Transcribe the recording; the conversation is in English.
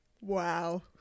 Wow